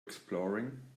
exploring